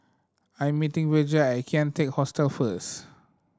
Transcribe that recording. I'm meeting Virgia at Kian Teck Hostel first